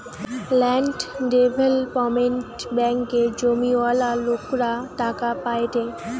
land development ব্যাঙ্কে জমিওয়ালা লোকরা টাকা পায়েটে